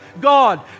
God